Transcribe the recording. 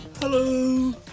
Hello